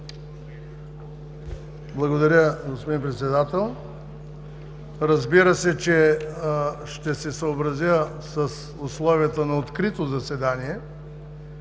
Благодаря, господин Председател. Разбира се, че ще се съобразя с условията на открито заседание